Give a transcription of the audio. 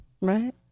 Right